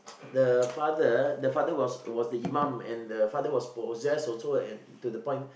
the father the father was was the imam and the father was possess also and to the point